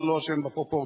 אתה לא אשם בפרופורציות.